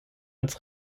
als